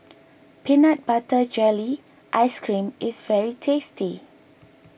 Peanut Butter Jelly Ice Cream is very tasty